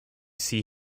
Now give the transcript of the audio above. see